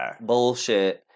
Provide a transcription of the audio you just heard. bullshit